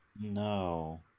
No